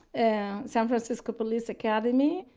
ah san francisco police academy.